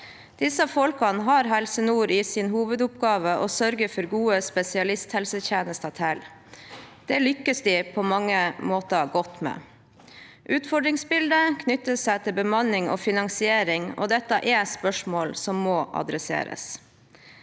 Disse folkene har Helse nord som sin hovedoppgave å sørge for gode spesialisthelsetjenester til. Det lykkes de på mange måter godt med. Utfordringsbildet knytter seg til bemanning og finansiering, og dette er spørsmål som må adresseres.